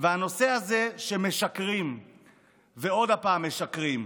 והנושא הזה שמשקרים ועוד פעם משקרים,